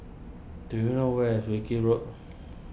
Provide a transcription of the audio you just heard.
do you know where is Wilkie Road